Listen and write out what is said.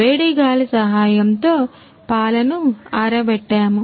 వేడి గాలి సహాయంతో పాలను ఆరబెట్టాము